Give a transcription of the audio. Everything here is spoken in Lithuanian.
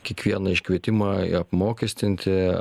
kiekvieną iškvietimą apmokestinti